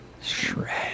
Shred